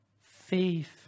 faith